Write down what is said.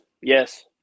Yes